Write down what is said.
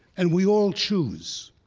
and we all choose,